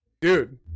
dude